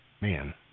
man